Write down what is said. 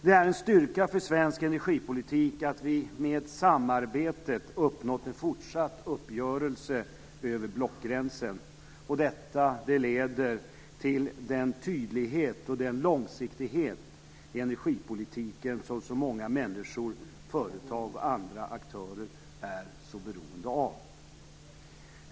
Det är en styrka för svenska energipolitik att vi med samarbetet uppnått en fortsatt uppgörelse över blockgränsen. Detta leder till den tydlighet och den långsiktighet i energipolitiken som många människor, företag och andra aktörer är beroende av.